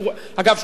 אגב,